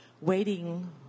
waiting